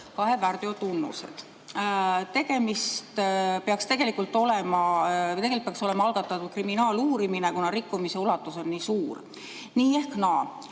kahe väärteo tunnused. Tegelikult peaks olema algatatud kriminaaluurimine, kuna rikkumise ulatus on nii suur. Nii ehk naa